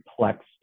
complex